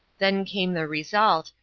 then came the result,